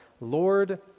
Lord